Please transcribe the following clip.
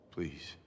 Please